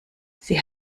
sie